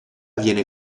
viene